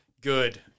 Good